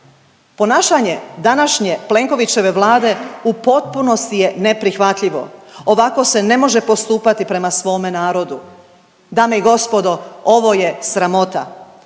Ponašanje današnje Plenkovićeve Vlade u potpunosti je neprihvatljivo. Ovako se ne može postupati prema svome narodu. Dame i gospodo ovo je sramota.